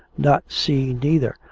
not sea neither,